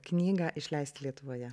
knygą išleisti lietuvoje